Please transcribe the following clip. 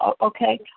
Okay